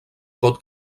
pot